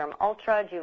Ultra